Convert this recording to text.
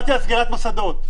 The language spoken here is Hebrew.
דיברתי על סגירת מוסדות.